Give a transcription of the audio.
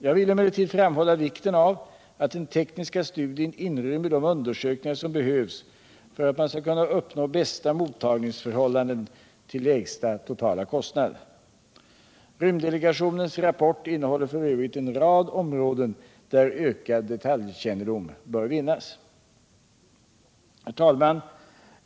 Jag vill emellertid understryka vikten av att den tekniska studien inrymmer de undersökningar som behövs för att man skall kunna uppnå bästa mottagningsförhållanden till lägsta totala kostnad. Rymddelegationens rapport innehåller f. ö. en rad områden där ökad detaljkännedom bör vinnas. Herr talman!